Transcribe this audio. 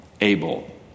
Abel